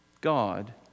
God